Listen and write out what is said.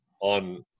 on